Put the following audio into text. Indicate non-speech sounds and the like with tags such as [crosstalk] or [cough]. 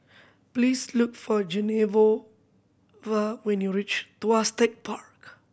please look for [unintelligible] when you reach Tuas Tech Park